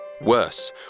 Worse